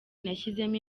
nashyizemo